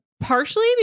Partially